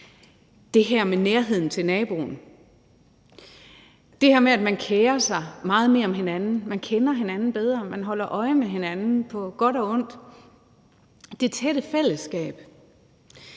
det her med nærheden til naboen, det her med, at man kerer sig meget mere om hinanden, at man kender hinanden bedre, at man holder øje med hinanden på godt og ondt, det tætte fællesskab,